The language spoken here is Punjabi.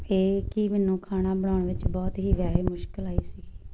ਇਹ ਕਿ ਮੈਨੂੰ ਖਾਣਾ ਬਣਾਉਣ ਵਿੱਚ ਬਹੁਤ ਹੀ ਵੈਸੇ ਮੁਸ਼ਕਲ ਆਈ ਸੀਗੀ